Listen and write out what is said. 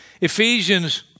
Ephesians